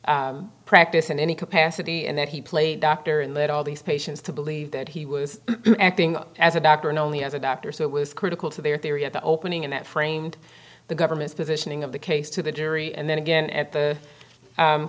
to practice in any capacity and that he played doctor and let all these patients to believe that he was acting as a doctor and only as a doctor so it was critical to their theory of the opening and that framed the government's positioning of the case to the jury and then again at the